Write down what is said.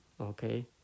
okay